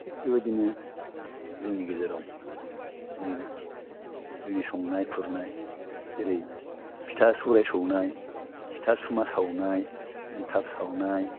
थिख बेबादिनो जोंनि गेजेराव जोङो जोंनि संनाय खुरनाय जेरै फिथा सौराय सौनाय फिथा सुमा सावनाय एनथाब सावनाय